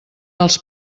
els